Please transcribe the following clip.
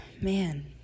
Man